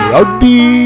Rugby